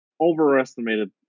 overestimated